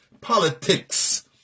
Politics